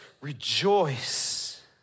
Rejoice